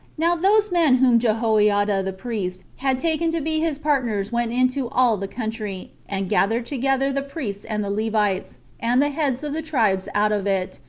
now those men whom jehoiada the priest had taken to be his partners went into all the country, and gathered together the priests and the levites, and the heads of the tribes out of it,